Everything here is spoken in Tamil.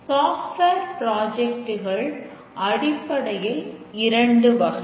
சாப்ட்வேர் பிராஜெக்ட்கள் அடிப்படையில் இரண்டு வகை